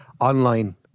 online